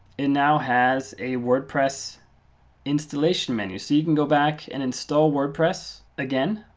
and now has a wordpress installation menu. so you can go back and install wordpress again.